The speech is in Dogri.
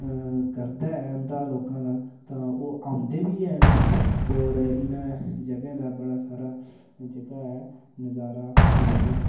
करदा ऐ उंदा लोकां दा तां ओह् औंदे बी हैन इत्थें होर इनें जगहें दा बड़ा सारा जेह्का ऐ नजारा लेंदे न